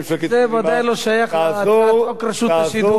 זה בוודאי לא שייך לחוק רשות השידור.